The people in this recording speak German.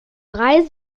drei